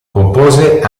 compose